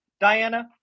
Diana